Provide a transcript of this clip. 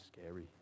scary